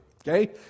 okay